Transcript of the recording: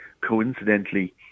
coincidentally